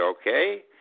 okay